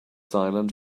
silent